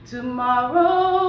Tomorrow